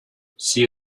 she